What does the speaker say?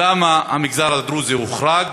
למה המגזר הדרוזי הוחרג?